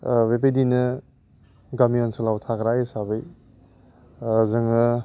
बेबायदिनो गामि ओनसोलाव थाग्रा हिसाबै जोङो